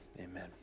Amen